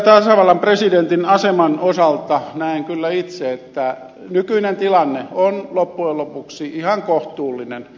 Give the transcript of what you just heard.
tasavallan presidentin aseman osalta näen kyllä itse että nykyinen tilanne on loppujen lopuksi ihan kohtuullinen